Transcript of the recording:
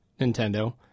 Nintendo